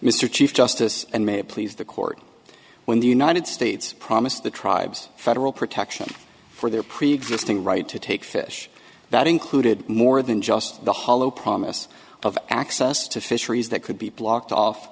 mr chief justice and may please the court when the united states promised the tribes federal protection for their preexisting right to take fish that included more than just the hollow promise of access to fisheries that could be blocked off